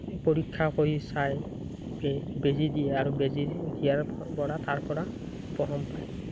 পৰীক্ষা কৰি চাই বেজি দিয়ে আৰু বেজি দিয়াৰ পৰা তাৰপৰা উপশম পায়